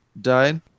died